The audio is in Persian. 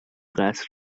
قصر